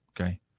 okay